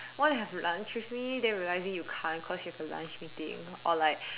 want to have lunch with me then realising you can't cause you have a lunch meeting or like